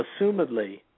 assumedly